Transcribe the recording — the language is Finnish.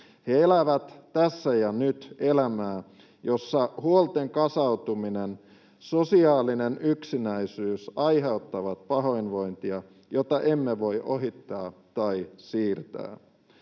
He elävät ”tässä ja nyt” ‑elämää, jossa huolten kasautuminen ja sosiaalinen yksinäisyys aiheuttavat pahoinvointia, jota emme voi ohittaa tai siirtää.